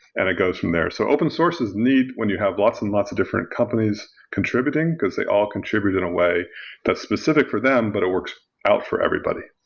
and it goes from there. so open-sources need when you have lots and lots of different companies contributing, because they all contribute in way that's specific for them but it works out for everybody.